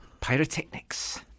pyrotechnics